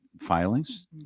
filings